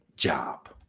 Job